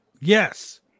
Yes